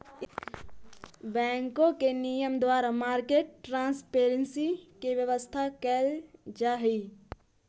बैंकों के नियम के द्वारा मार्केट ट्रांसपेरेंसी के व्यवस्था कैल जा हइ